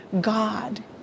God